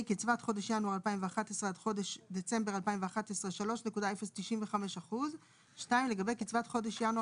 קצבת חודש ינואר 2011 עד חודש דצמבר 2011 3.095%. לגבי קצבת חודש ינואר